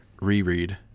reread